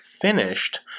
finished